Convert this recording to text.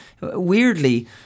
weirdly